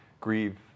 grieve